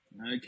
Okay